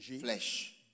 flesh